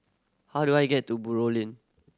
how do I get to Buroh Ling